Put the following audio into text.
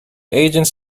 agents